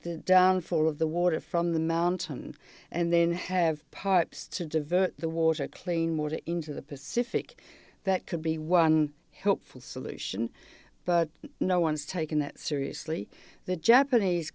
the downfall of the water from the mountain and then have pipes to divert the water clean water into the pacific that could be one helpful solution but no one's taking that seriously the japanese